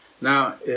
Now